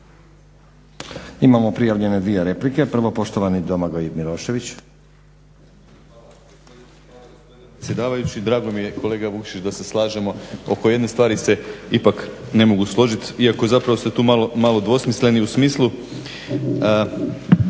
Imamo prijavljene dvije replike. Prvo, poštovani Domagoj Ivan Milošević.